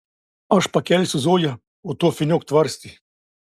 aš pakelsiu zoją o tu apvyniok tvarstį